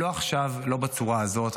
לא עכשיו, לא בצורה הזאת.